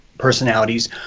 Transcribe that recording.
personalities